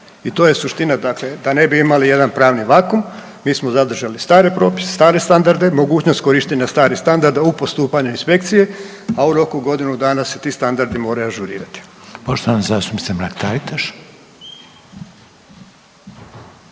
i to je suština dakle da ne bi imali jedan pravni vakum, mi smo zadržali stare propise, stare standarde, mogućnost korištenja starih standarda u postupanju inspekcije a u roku godinu dana se ti standardi moraju ažurirati. **Reiner,